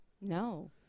No